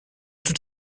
toute